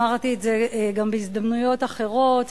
אמרתי את זה גם בהזדמנויות אחרות,